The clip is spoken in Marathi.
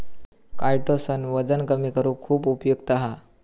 कायटोसन वजन कमी करुक खुप उपयुक्त हा